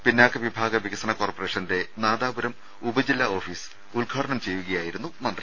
പിന്നാക്ക വിഭാഗ വികസന കോർപ്പറേഷന്റെ നാദാപുരം ഉപജില്ലാ ഓഫീസ് ഉദ്ഘാടനം ചെയ്യുകയായിരുന്നു മന്ത്രി